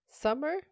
summer